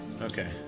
Okay